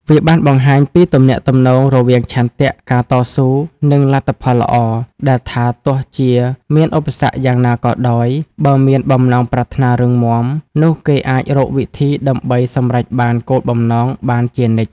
វាបានបង្ហាញពីទំនាក់ទំនងរវាងឆន្ទៈ ការតស៊ូ និងលទ្ធផលល្អ ដែលថាទោះជាមានឧបសគ្គយ៉ាងណាក៏ដោយ បើមានបំណងប្រាថ្នារឹងមាំ នោះគេអាចរកវិធីដើម្បីសម្រេចបានគោលបំណងបានជានិច្ច។